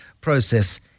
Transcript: process